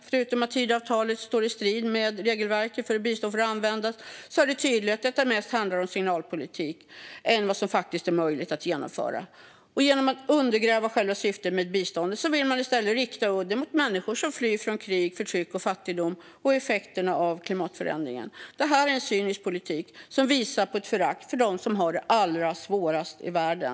Förutom att Tidöavtalet står i strid med regelverket för hur bistånd får användas är det tydligt att det mest handlar om signalpolitik och inte om vad som faktiskt är möjligt att genomföra. Genom att undergräva själva syftet med biståndet vill man i stället rikta udden mot människor som flyr från krig, förtryck, fattigdom och effekterna av klimatförändringarna. Detta är en cynisk politik som visar på ett förakt för dem som har det allra svårast i världen.